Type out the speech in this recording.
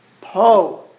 Po